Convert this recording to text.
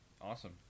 awesome